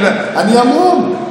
אני המום.